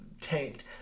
tanked